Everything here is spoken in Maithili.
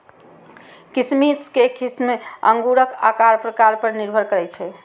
किशमिश के किस्म अंगूरक आकार प्रकार पर निर्भर करै छै